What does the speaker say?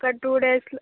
ఒక టూ డేస్లో